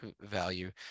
value